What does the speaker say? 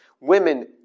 Women